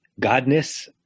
godness